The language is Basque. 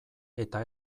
eta